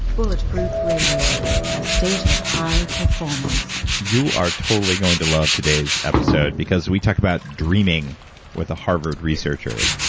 bulletproof radio, a stage of high performance you are totally going to love today's episode because we talked about dreaming with a harvard researcher,